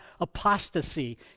apostasy